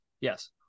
Yes